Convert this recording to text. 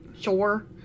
Sure